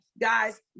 Guys